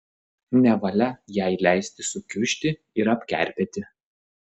nevalia jai leisti sukiužti ir apkerpėti